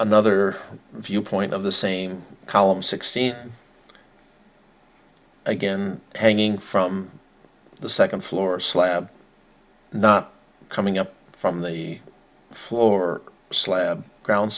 another viewpoint of the same column sixteen again hanging from the second floor slab not coming up from the floor slab ground